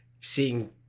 seeing